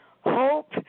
hope